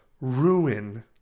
ruin